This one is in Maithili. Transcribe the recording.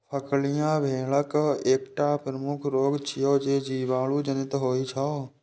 फड़कियां भेड़क एकटा प्रमुख रोग छियै, जे जीवाणु जनित होइ छै